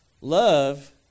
Love